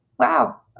Wow